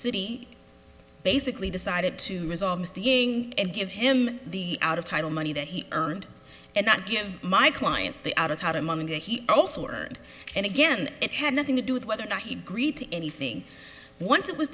city basically decided to resolve missed being and give him the out of title money that he earned and not give my client the out of town of mahmoudiya he also were and again it had nothing to do with whether or not he greed to anything once it was